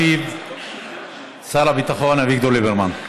ישיב שר הביטחון אביגדור ליברמן.